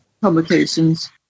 publications